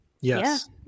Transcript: Yes